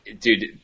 dude